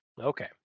Okay